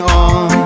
on